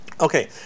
Okay